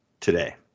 today